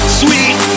sweet